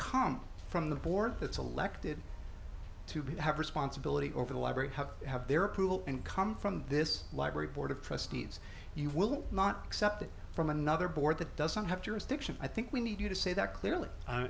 come from the board it's a lect it to be have responsibility over the library have their approval and come from this library board of trustees you will not accept it from another board that doesn't have jurisdiction i think we need you to say that clearly i